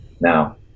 Now